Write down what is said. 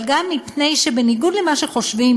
אבל גם מפני שבניגוד למה שחושבים,